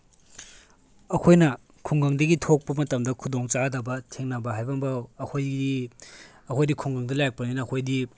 ꯑꯩꯈꯣꯏꯅ ꯈꯨꯡꯒꯪꯗꯒꯤ ꯊꯣꯛꯄ ꯃꯇꯝꯗ ꯈꯨꯗꯣꯡꯆꯥꯗꯕ ꯊꯦꯡꯅꯕ ꯍꯥꯏꯕ ꯑꯃꯐꯥꯎ ꯑꯩꯈꯣꯏꯒꯤ ꯑꯩꯈꯣꯏꯗꯤ ꯈꯨꯡꯒꯪꯗ ꯂꯩꯔꯛꯄꯅꯤꯅ ꯑꯩꯈꯣꯏꯗꯤ